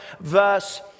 verse